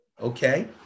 okay